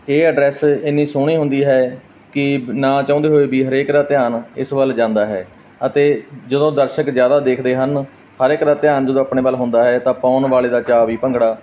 ਇਹ ਅ ਡਰੈਸ ਇੰਨੀ ਸੋਹਣੀ ਹੁੰਦੀ ਹੈ ਕਿ ਨਾ ਚਾਹੁੰਦੇ ਹੋਏ ਵੀ ਹਰੇਕ ਦਾ ਧਿਆਨ ਇਸ ਵੱਲ ਜਾਂਦਾ ਹੈ ਅਤੇ ਜਦੋਂ ਦਰਸ਼ਕ ਜ਼ਿਆਦਾ ਦੇਖਦੇ ਹਨ ਹਰ ਇੱਕ ਦਾ ਧਿਆਨ ਜਦੋਂ ਆਪਣੇ ਵੱਲ ਹੁੰਦਾ ਹੈ ਤਾਂ ਪਾਉਣ ਵਾਲੇ ਦਾ ਚਾਅ ਵੀ ਭੰਗੜਾ